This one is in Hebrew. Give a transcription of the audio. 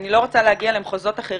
אני לא רוצה להגיע למחוזות אחרים,